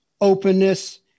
openness